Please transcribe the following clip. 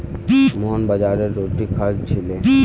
मोहन बाजरार रोटी खा छिले